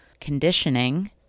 conditioning